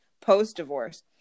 post-divorce